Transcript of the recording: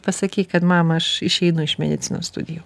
pasakei kad mama aš išeinu iš medicinos studijų